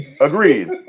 Agreed